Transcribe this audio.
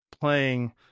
playing